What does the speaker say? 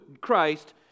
Christ